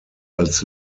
als